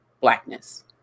blackness